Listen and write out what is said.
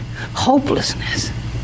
Hopelessness